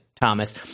Thomas